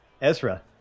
Ezra